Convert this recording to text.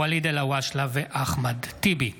ואליד אלהואשלה ואחמד טיבי בנושא: